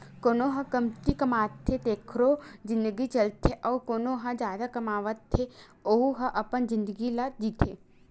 कोनो ह कमती कमाथे तेखरो जिनगी चलथे अउ कोना ह जादा कमावत हे वहूँ ह अपन जिनगी ल जीथे